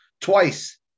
twice